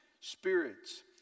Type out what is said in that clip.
spirits